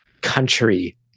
country